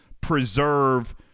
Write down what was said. preserve